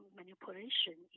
manipulation